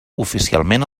oficialment